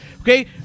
Okay